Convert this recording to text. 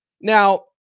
Now